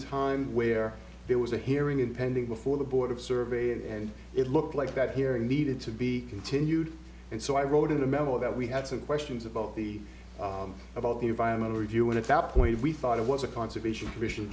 time where there was a hearing in pending before the board of survey and it looked like that hearing needed to be continued and so i wrote in a memo that we had some questions about the about the environmental review and at that point we thought it was a conservation commission